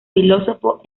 filósofo